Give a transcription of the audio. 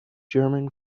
german